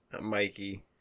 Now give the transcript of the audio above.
Mikey